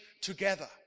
together